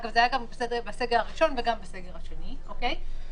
אשר המנהל הכללי של משרד התרבות והספורט אישר כי הוא